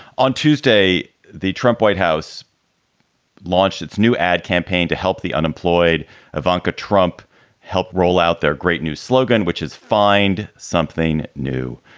on tuesday, the trump white house launched its new ad campaign to help the unemployed ivanka trump help roll out their great new slogan, which is find something new.